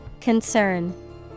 Concern